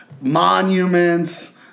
monuments